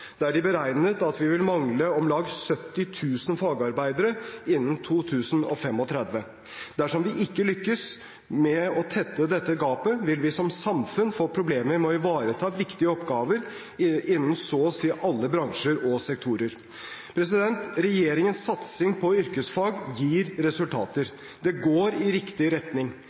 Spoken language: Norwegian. de beregnet at vi vil mangle om lag 70 000 fagarbeidere innen 2035. Dersom vi ikke lykkes med å tette dette gapet, vil vi som samfunn få problemer med å ivareta viktige oppgaver innen så å si alle bransjer og sektorer. Regjeringens satsing på yrkesfag gir resultater. Det går i riktig retning.